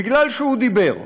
בגלל שהוא דיבר,